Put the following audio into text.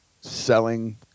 selling